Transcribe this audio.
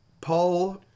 Paul